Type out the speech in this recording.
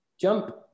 jump